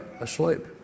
asleep